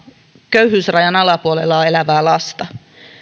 köyhyysrajan alapuolella elävää lasta